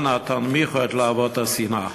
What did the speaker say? אנא תנמיכו את להבות השנאה.